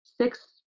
six